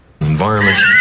Environment